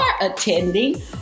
attending